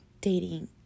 dating